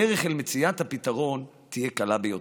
הדרך למציאת הפתרון תהיה קלה ביותר.